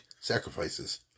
sacrifices